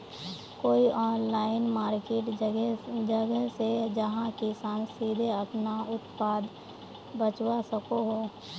कोई online market जगह छे जहाँ किसान सीधे अपना उत्पाद बचवा सको हो?